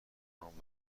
نام